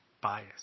bias